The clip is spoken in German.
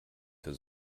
für